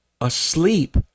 asleep